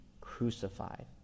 crucified